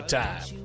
time